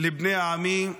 לבני עמי: